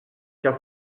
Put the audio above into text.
car